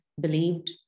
believed